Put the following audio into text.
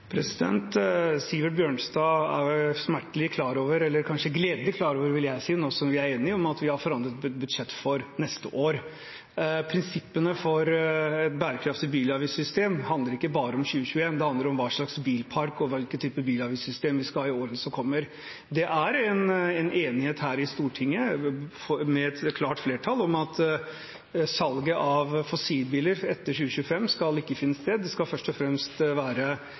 Sivert Bjørnstad er smertelig klar over – eller kanskje gledelig klar over, vil jeg si, nå som vi er enige – at vi har forandret budsjettet for neste år. Prinsippene for et bærekraftig bilavgiftssystem handler ikke bare om 2021, det handler om hva slags bilpark og hvilken type bilavgiftssystem vi skal ha i årene som kommer. Det er en enighet her i Stortinget, med et klart flertall, om at salget av fossilbiler etter 2025 ikke skal finne sted – de nye bilene skal være